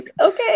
okay